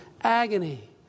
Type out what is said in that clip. agony